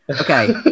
Okay